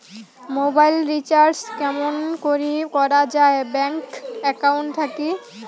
Mobile recharge কেমন করি করা যায় ব্যাংক একাউন্ট থাকি?